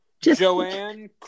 Joanne